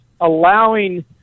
allowing